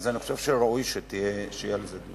אני חושב שראוי שיהיה דיון על זה.